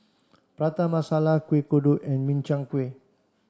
Prata Masala Kueh Kodok and Min Chiang Kueh